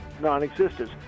non-existence